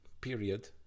period